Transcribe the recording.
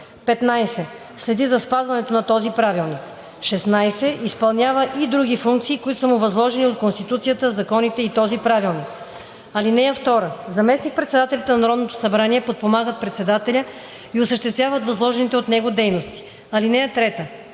15. следи за спазването на този правилник; 16. изпълнява и други функции, които са му възложени от Конституцията, законите и този правилник. (2) Заместник-председателите на Народното събрание подпомагат председателя и осъществяват възложените от него дейности. (3)